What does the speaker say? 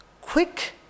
Quick